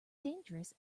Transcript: dangerous